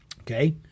Okay